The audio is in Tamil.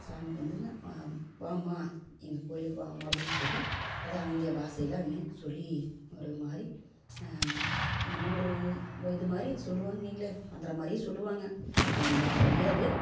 சாமி வந்துங்க வாம்மா எங்கள் கோயிலுக்கு வாம்மா அப்படின்னு சொல்லி அது அவிங்க பாஷையில அவங்க சொல்லி ஒரு மாதிரி என்னமோ ஒரு ரொம்ப இது மாதிரி சொல்லுவாங்க வைங்களேன் மந்திரம் மாதிரியே சொல்லுவாங்க அது நம்மளுக்கு புரியாது